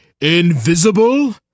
Invisible